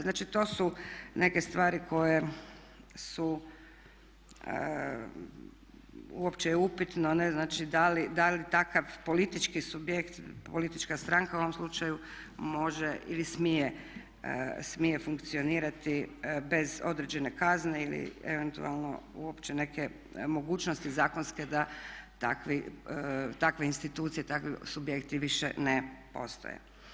Znači to su neke stvari koje su uopće je upitno ne' znači da li takav politički subjekt, politička stranka u ovom slučaju može ili smije funkcionirati bez određene kazne ili eventualno uopće neke mogućnosti zakonske da takve institucije, takvi subjekti više ne postoje.